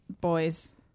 boys